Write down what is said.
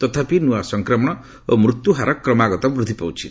ତଥାପି ନୂଆ ସଂକ୍ରମଣ ଓ ମୃତ୍ୟୁ ହାର କ୍ରମାଗତ ବୃଦ୍ଧି ପାଉଛି